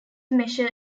measure